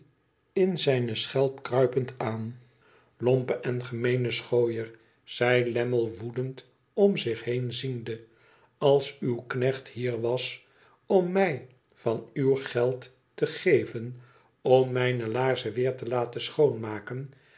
in zijne schelp kruipend aan f lompe en gemeene schooierl zei lammie woedend om zich heen ziende tals uw knecht hier was om mij van uw geld te geven om mijne laarzen weer te laten schoonmaken